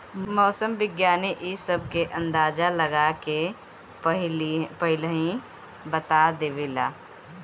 मौसम विज्ञानी इ सब के अंदाजा लगा के पहिलहिए बता देवेला